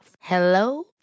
Hello